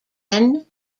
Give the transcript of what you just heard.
nan